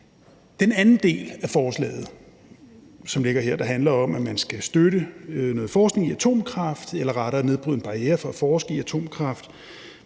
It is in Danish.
Den anden del af forslaget, som ligger her, handler om, at man skal støtte noget forskning i atomkraft eller rettere nedbryde en barriere for at forske i atomkraft.